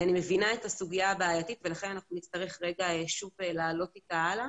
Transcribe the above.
אני מבינה את הסוגיה הבעייתית ולכן אנחנו נצטרך שוב לעלות איתה הלאה.